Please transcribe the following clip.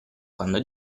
quando